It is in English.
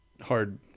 hard